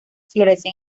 florece